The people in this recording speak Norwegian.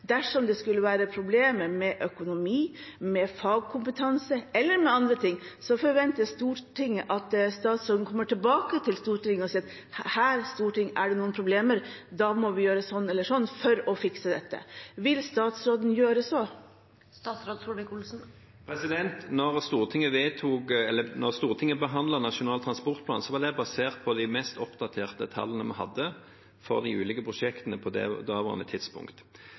Dersom det skulle være problemer med økonomi, med fagkompetanse eller med andre ting, forventer Stortinget at statsråden kommer tilbake til Stortinget og sier: Her, storting, er det noen problemer; da må vi gjøre sånn eller sånn for å fikse dette. Vil statsråden gjøre dette? Da Stortinget behandlet Nasjonal transportplan, var den basert på de mest oppdaterte tallene vi hadde for de ulike prosjektene på det daværende tidspunkt.